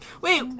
Wait